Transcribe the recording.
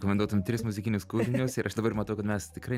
rekomenduotum tris muzikinius kūrinius ir aš dabar matau kad mes tikrai